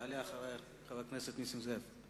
תעלה אחרי חבר הכנסת נסים זאב.